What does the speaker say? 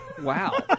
Wow